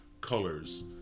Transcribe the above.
colors